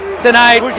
tonight